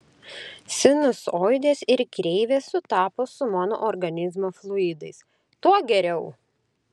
sinusoidės ir kreivės sutapo su mano organizmo fluidais tuo geriau